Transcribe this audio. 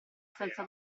senza